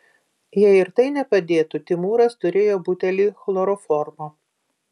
jei ir tai nepadėtų timūras turėjo butelį chloroformo